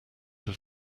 have